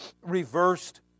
reversed